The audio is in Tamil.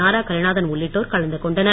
நாரா கலைநாதன் உள்ளிட்டோர் கலந்து கொண்டனர்